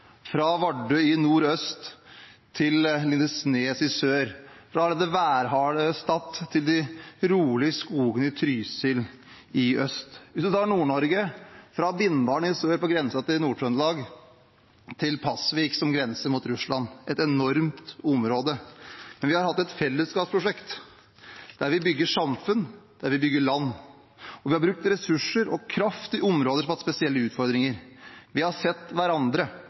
fra Vardø i nordøst til Lindesnes i sør, fra det værharde Stad til de rolige skogene i Trysil i øst. Ta f.eks. Nord-Norge, fra Bindal i sør på grensen til Nord-Trøndelag til Pasvik, som grenser mot Russland – det er et enormt område. Men vi har hatt et fellesskapsprosjekt der vi bygger samfunn, der vi bygger land. Vi har brukt ressurser og kraft i områder som har hatt spesielle utfordringer. Vi har sett hverandre